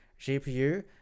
GPU